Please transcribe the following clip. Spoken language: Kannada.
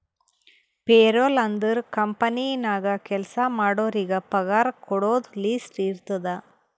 ಪೇರೊಲ್ ಅಂದುರ್ ಕಂಪನಿ ನಾಗ್ ಕೆಲ್ಸಾ ಮಾಡೋರಿಗ ಪಗಾರ ಕೊಡೋದು ಲಿಸ್ಟ್ ಇರ್ತುದ್